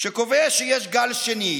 שקובע שיש גל שני.